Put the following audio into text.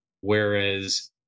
Whereas